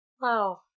Wow